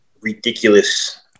ridiculous